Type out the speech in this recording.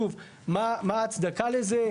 שוב, מה ההצדקה לזה?